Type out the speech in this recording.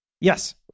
Yes